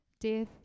Death